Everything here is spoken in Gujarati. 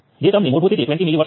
તો હવે મને આને દૂર કરવા દો